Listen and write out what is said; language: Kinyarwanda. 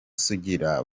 sugira